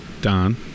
Don